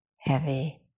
heavy